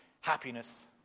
happiness